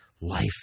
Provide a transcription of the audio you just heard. life